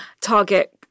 target